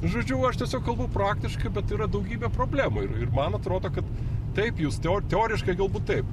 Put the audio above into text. nu žodžiu aš tiesiog kalbu praktiškai bet yra daugybė problemų ir ir man atrodo kad taip jūs teoriškai galbūt taip